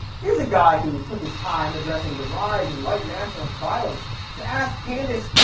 here's a guy who took his time addressing the rise in white nationalist violence to ask candace,